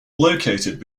located